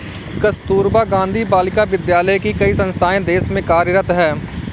कस्तूरबा गाँधी बालिका विद्यालय की कई संस्थाएं देश में कार्यरत हैं